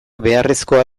beharrezkoa